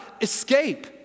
escape